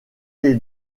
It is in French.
les